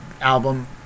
album